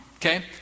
Okay